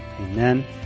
Amen